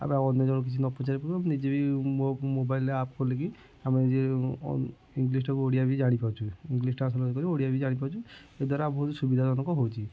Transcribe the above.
ଆମେ ଅନ୍ୟ ଜଣଙ୍କୁ କିଛି ନ ପଚାରିବା ପୂର୍ବରୁ ନିଜେ ବି ମୋ ମୋବାଇଲ୍ରେ ଆପ୍ ଖୋଲିକି ଆମେ ଇଂଲିଶ୍ଟାକୁ ଓଡ଼ିଆ ବି ଜାଣି ପାରୁଛୁ ଇଂଲିଶ ଟ୍ରାନ୍ସଲେସନ୍ କରି ଓଡ଼ିଆ ବି ଜାଣି ପାରୁଛୁ ଏହା ଦ୍ୱାରା ବହୁତ ସୁବିଧାଜନକ ହେଉଛି